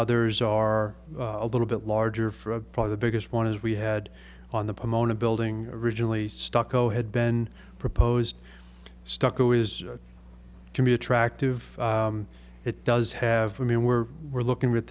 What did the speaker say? others are a little bit larger for probably the biggest one is we had on the pomona building originally stucco had been proposed stucco is can be a tract of it does have to mean we're we're looking at